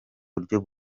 buryo